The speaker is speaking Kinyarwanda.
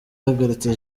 ihagaritse